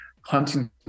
hunting